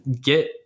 get